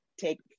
take